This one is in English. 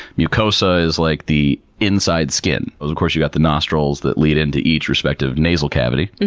mucosa is like the inside skin. of course, you've got the nostrils that lead into each respective nasal cavity.